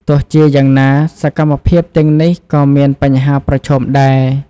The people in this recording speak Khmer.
ទោះជាយ៉ាងណា សកម្មភាពទាំងនេះក៏មានបញ្ហាប្រឈមដែរ។